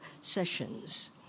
sessions